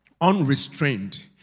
Unrestrained